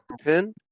pin